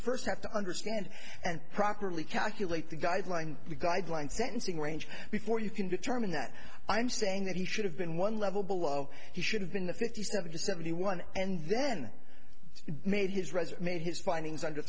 first have to understand and properly calculate the guideline guideline sentencing range before you can determine that i'm saying that he should have been one level below he should have been a fifty seven to seventy one and then made his resume his findings under